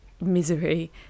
misery